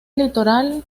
litoral